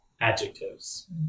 adjectives